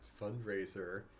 fundraiser